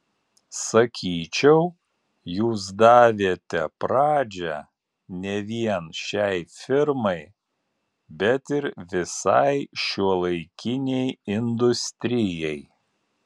sakyčiau jūs davėte pradžią ne vien šiai firmai bet ir visai šiuolaikinei industrijai